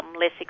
less